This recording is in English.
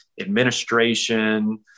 administration